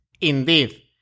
Indeed